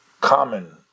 common